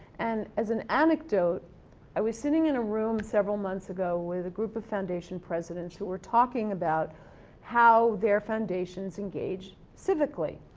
and, as an anecdote i was sitting in a room several months ago with group of foundation presidents who were talking about how their foundations engage civically.